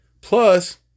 Plus